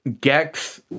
Gex